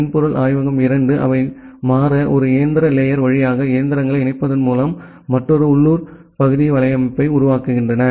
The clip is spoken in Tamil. மென்பொருள் ஆய்வகம் 2 அவை மாற ஒரு இயந்திர லேயர் வழியாக இயந்திரங்களை இணைப்பதன் மூலம் மற்றொரு உள்ளூர் பகுதி வலையமைப்பை உருவாக்குகின்றன